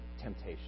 temptation